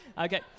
Okay